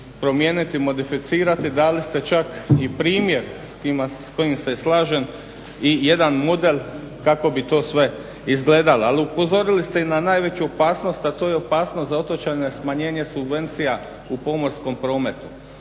promijeniti, modificirati, dali ste čak i primjer s kojim se slažem i jedan model kako bi to sve izgledalo, ali upozorili ste i na najveću opasnost, a to je opasnost za otočane, smanjenje subvencija u pomorskom prometu.